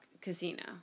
Casino